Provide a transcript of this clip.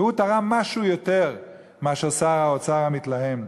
והוא תרם משהו יותר מאשר שר האוצר המתלהם.